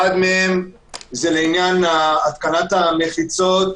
אחת מהן - התקנת המחיצות,